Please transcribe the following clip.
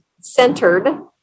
centered